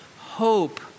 hope